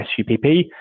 SUPP